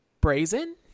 brazen